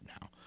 now